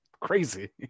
Crazy